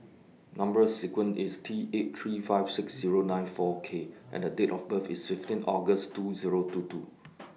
Number sequence IS T eight three five six Zero nine four K and A Date of birth IS fifteen August two Zero two two